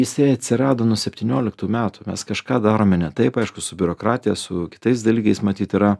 jisai atsirado nuo septynioliktų metų mes kažką darome ne taip aišku su biurokratija su kitais dalykais matyt yra